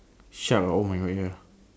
shark ah oh my god